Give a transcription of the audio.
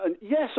Yes